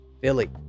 Philly